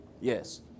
yes